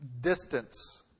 distance